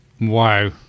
wow